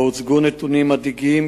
הוצגו בו נתונים מדאיגים,